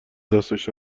دستش